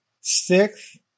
sixth